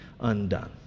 undone